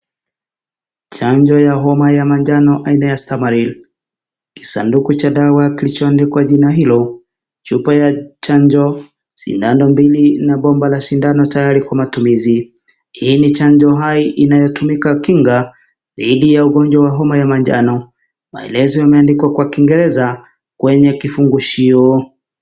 Chanjo ya homa ya manjano aina ya stamaril ,kisanduku cha dawa kilichoandikwa jina hilo, chupa ya chanjo, sindano mbili na bomba la sindano tayari kwa matumizi. Hii ni chanjo hai inayotumika kinga dhidi ya ugonjwa wa homa ya manjano. Maelezo yameandikwa kwa Kiingereza kwenye kifungushio.